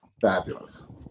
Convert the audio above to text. fabulous